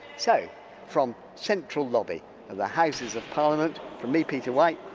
so from central lobby of the houses of parliament, from me peter white,